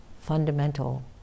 fundamental